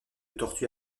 tortue